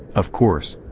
of course,